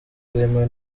bwemewe